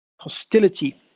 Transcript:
hostility